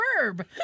verb